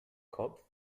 kopf